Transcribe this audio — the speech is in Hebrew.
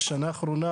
בשנה האחרונה